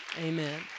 Amen